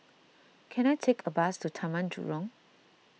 can I take a bus to Taman Jurong